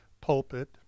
pulpit